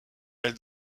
elle